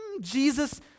Jesus